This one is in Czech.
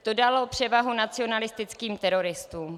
To dalo převahu nacionalistickým teroristům.